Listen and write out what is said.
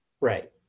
Right